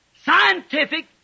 scientific